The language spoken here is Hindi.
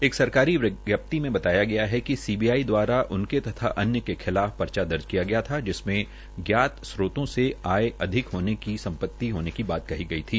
एक सरकारी विज्ञाप्ति मे बताया गया कि सीबीआई दवारा उनके एक अन्य के खिलाफ एक पर्चा दर्ज किया गया था जिसमें ज्ञात स्त्रोतों से आय से अधिक सम्पति होने की बात थी